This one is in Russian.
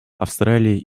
австралией